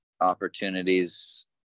opportunities